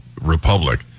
republic